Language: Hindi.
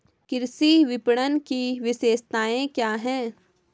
कृषि विपणन की विशेषताएं क्या हैं?